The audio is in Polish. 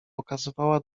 okazywała